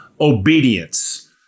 obedience